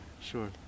sure